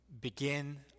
begin